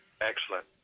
Excellent